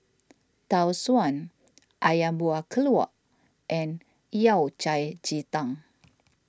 Tau Suan Ayam Buah Keluak and Yao Cai Ji Tang